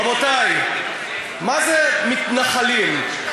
רבותי, מה זה מתנחלים?